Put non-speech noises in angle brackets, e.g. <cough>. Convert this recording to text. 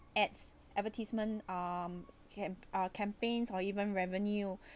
adds advertisement um cam~ uh campaigns or even revenue <breath>